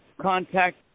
contact